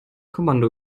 kommando